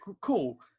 cool